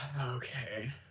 okay